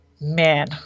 man